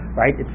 right